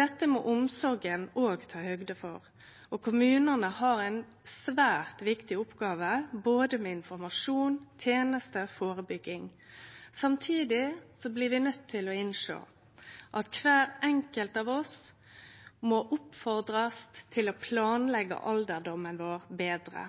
Dette må omsorga òg ta høgd for. Kommunane har ei svært viktig oppgåve med både informasjon, tenester og førebygging. Samtidig blir vi nøydde til å innsjå at kvar enkelt av oss må oppmodast til å planleggje alderdomen sin betre.